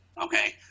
Okay